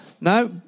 No